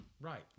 Right